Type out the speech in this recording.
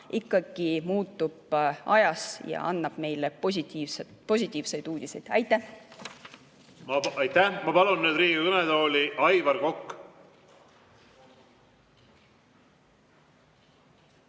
ikkagi muutuvad ajas ja annavad meile positiivseid uudiseid. Aitäh! Aitäh! Ma palun nüüd Riigikogu kõnetooli Aivar Koka.